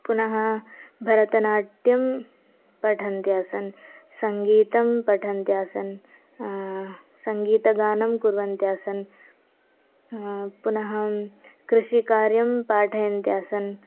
पुनः भरतनाट्यं पठन्त्यासन् सङ्गीतं पठन्त्यासन् सङ्गीतगानं कुर्वन्त्यासन् पुनः कृषिकार्यं पाठयन्त्यासन्